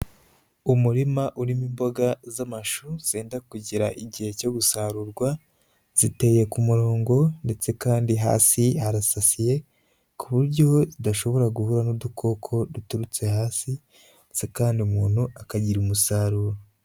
Umurima urimo imboga z'amashu zenda kugera igihe cyo gusarurwa, ziteye ku murongo ndetse kandi hasi harasasiye, ku buryo zidashobora guhura n'udukoko duturutse hasi ndetse kandi umuntu akagira umusaruro.